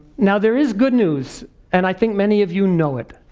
now there is good news and i think many of you know it.